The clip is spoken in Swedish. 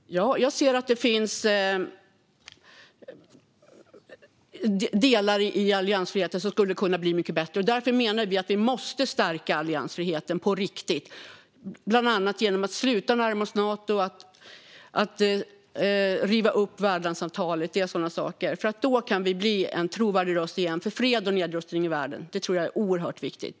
Herr ålderspresident! Jag ser att det finns delar i alliansfriheten som skulle kunna bli mycket bättre. Därför menar vi att vi måste stärka alliansfriheten på riktigt, bland annat genom att sluta närma oss Nato och riva upp värdlandsavtalet. Då kan vi återigen bli en trovärdig röst för fred och nedrustning i världen. Detta tror jag är oerhört viktigt.